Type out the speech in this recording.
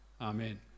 amen